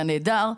היה נהדר.